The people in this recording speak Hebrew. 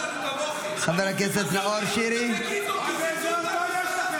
--- חבר הכנסת נאור שירי, חבר הכנסת ואטורי.